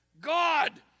God